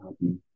happy